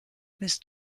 bist